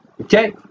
Okay